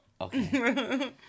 Okay